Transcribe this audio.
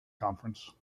conference